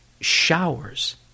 showers